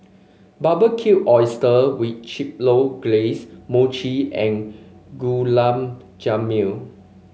Barbecued Oyster with Chipotle Glaze Mochi and Gulab Jamun